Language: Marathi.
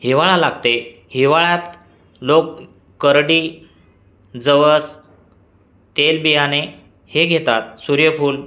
हिवाळा लागतो हिवाळ्यात लोक करडी जवस तेलबियाणे हे घेतात सूर्यफूल